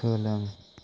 सोलों